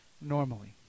normally